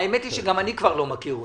האמת היא שגם אני כבר לא מכיר אותם.